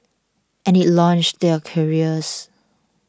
and it launched their careers